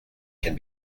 can